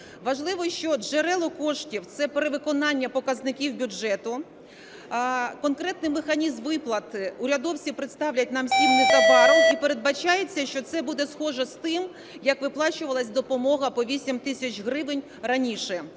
Важливо, що джерело коштів – це перевиконання показників бюджету. Конкретний механізм виплат урядовці представлять нам всім незабаром і передбачається, що це буде схоже з тим, як виплачувалась допомога по 8 тисяч гривень раніше.